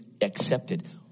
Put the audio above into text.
accepted